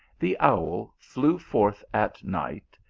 the owl flew forth at night,